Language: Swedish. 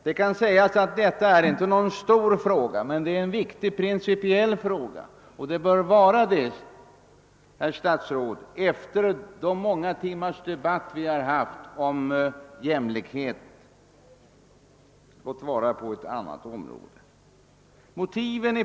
Det kan sägas att det inte är någon stor fråga, men ur principiell synpunkt är den nog så viktig. Och det bör den vara, herr statsråd, efter de många timmars debatt vi haft om jämlikhet, låt vara på ett annat område.